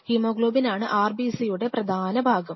ഹീമോഗ്ലോബിനാണ് RBCയുടെ പ്രധാന ഭാഗം